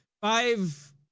five